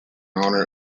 honor